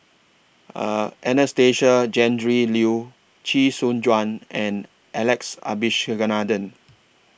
Anastasia Tjendri Liew Chee Soon Juan and Alex Abisheganaden